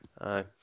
Aye